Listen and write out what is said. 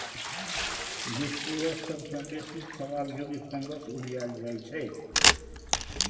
बिसपोरस सबसँ बेसी खेबाक योग्य फंगस उपजाएल जाइ छै